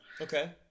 Okay